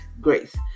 grace